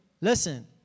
listen